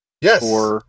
yes